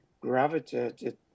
gravitated